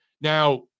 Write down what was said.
Now